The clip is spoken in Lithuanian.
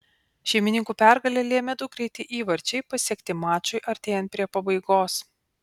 šeimininkų pergalę lėmė du greiti įvarčiai pasiekti mačui artėjant prie pabaigos